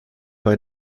bei